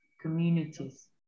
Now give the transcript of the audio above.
communities